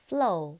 Flow